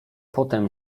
potem